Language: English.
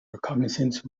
reconnaissance